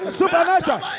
supernatural